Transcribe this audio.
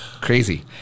crazy